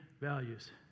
values